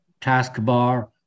taskbar